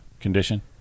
condition